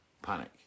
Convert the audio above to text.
panic